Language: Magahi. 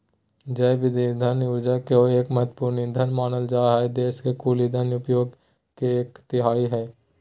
जैव इंधन ऊर्जा के एक महत्त्वपूर्ण ईंधन मानल जा हई देश के कुल इंधन उपयोग के एक तिहाई हई